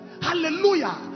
hallelujah